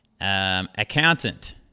accountant